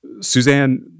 Suzanne